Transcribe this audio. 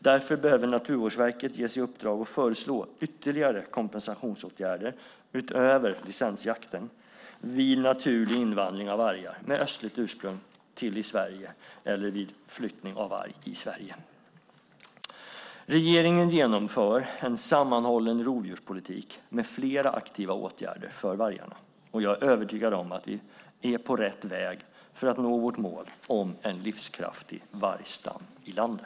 Därför behöver Naturvårdsverket ges i uppdrag att föreslå ytterligare kompensationsåtgärder, utöver licensjakten, vid naturlig invandring av vargar med östligt ursprung till Sverige eller vid flyttning av varg i Sverige. Regeringen genomför en sammanhållen rovdjurspolitik med flera aktiva åtgärder för vargarna. Jag är övertygad om att vi är på rätt väg för att nå vårt mål om en livskraftig vargstam i landet.